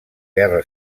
guerra